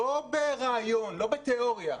לא ברעיון, לא בתיאוריה.